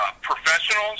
professionals